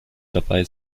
dabei